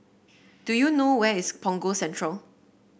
do you know where is Punggol Central